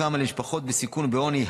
קמה למשפחות בסיכון ובעוני,